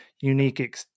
unique